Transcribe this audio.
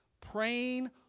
praying